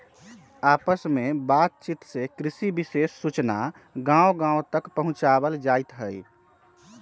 आपस में बात चित से कृषि विशेष सूचना गांव गांव तक पहुंचावल जाईथ हई